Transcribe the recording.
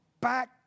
back